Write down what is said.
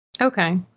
Okay